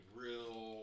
real